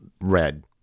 Red